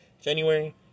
January